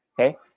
okay